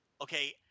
okay